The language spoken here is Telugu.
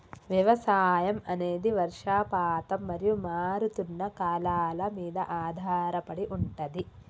వ్యవసాయం అనేది వర్షపాతం మరియు మారుతున్న కాలాల మీద ఆధారపడి ఉంటది